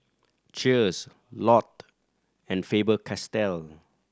Cheers Lotte and Faber Castell